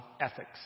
ethics